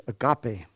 agape